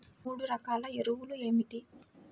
మూడు రకాల ఎరువులు ఏమిటి?